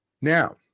Now